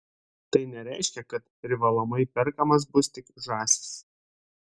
tai nereiškia kad privalomai perkamos bus tik žąsys